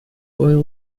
oil